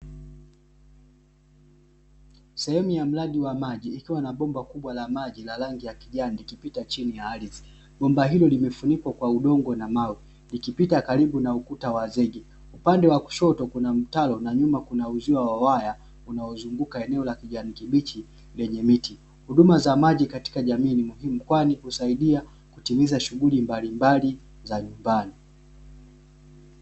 Sehemu ya mradi wa maji, ikiwa na bomba kubwa la maji la rangi ya kijani likipita chini ya ardhi. Bomba hilo limefunikwa kwa udongo na mawe, likipita karibu na ukuta wa zege. Upande wa kushoto kuna mtaro na nyuma kuna uzio wa waya, unaozunguka eneo la kijani kibichi lenye miti. Huduma za maji katika jamii ni muhimu, kwani husaidia kutimiza shughuli mbalimbali za nyumbani.